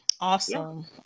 Awesome